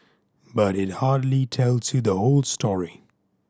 but it hardly tells you the whole story